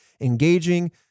Engaging